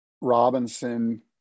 Robinson